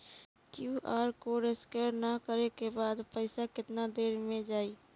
QR code scan न करे क बाद पइसा केतना देर म जाई?